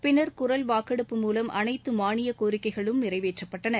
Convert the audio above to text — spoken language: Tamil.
பின்னர் குரல் வாக்கெடுப்பு மூலம் அனைத்து மாளிய கோரிக்கைகளும் நிறைவேற்றப்பட்டன